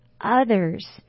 others